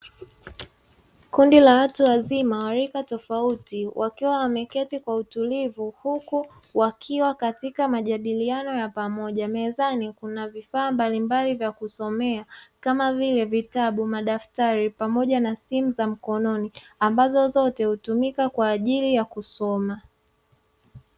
Kundi la watu wazima wa rika tofauti wakiwa wameketi kwa utulivu, huku wakiwa katika majadiliano ya pamoja. Mezani kuna vifaa mbalimbali vya kusomea kama vile: vitabu, madaftari pamoja na simu za mkononi; ambazo zote hutumika kwa ajili ya kusoma.